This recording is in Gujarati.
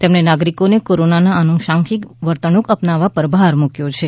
તેમણે નાગરિકોને કોરોના આનુષાંગિક વર્તણૂક અપનાવવા પર ભાર મૂક્યો છે